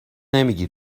نمیگی